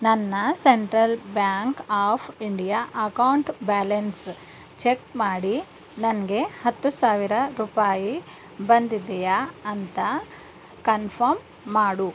ನನ್ನ central bank of India account balance check ಮಾಡಿ ನನಗೆ ಹತ್ತು ಸಾವಿರ ರೂಪಾಯಿ ಬಂದಿದೆಯೇ ಅಂತ ಕನ್ಫಮ್ ಮಾಡು